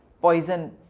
poison